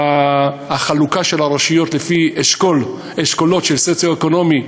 החלוקה של הרשויות לפי אשכולות של מצב סוציו-אקונומי,